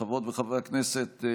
חברות וחברי הכנסת,